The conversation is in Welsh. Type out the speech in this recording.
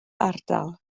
ardal